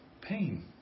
pain